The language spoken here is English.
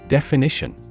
Definition